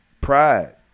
Pride